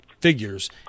figures